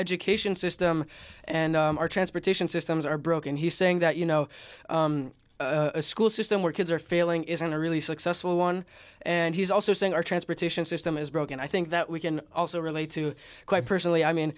education system and our transportation systems are broken he's saying that you know a school system where kids are failing isn't a really successful one and he's also saying our transportation system is broken i think that we can also relate to quite personally i mean